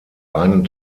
einen